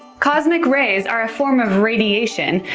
cosmic rays are a form of radiation,